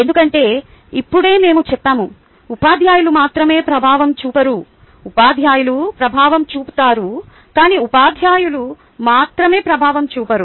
ఎందుకంటే ఇప్పుడే మేము చెప్పాము ఉపాధ్యాయులు మాత్రమే ప్రభావం చూపరు ఉపాధ్యాయులు ప్రభావం చూపుతారు కానీ ఉపాధ్యాయులు మాత్రమే ప్రభావం చూపరు